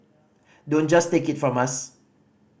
don't just take it from us